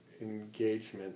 engagement